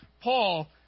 Paul